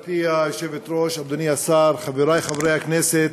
גברתי היושבת-ראש, אדוני השר, חברי חברי הכנסת,